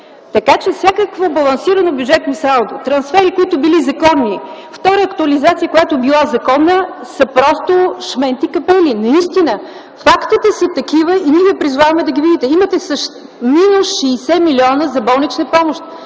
Така че всякакво балансирано бюджетно салдо, трансфери, които били законни, втора актуализация, която била законна, са просто шменти-капели. Фактите са такива и ние ви призоваваме да ги видите! Имате минус 60 милиона за болнична помощ,